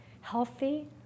healthy